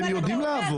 הם יודעים לעבוד.